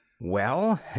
Well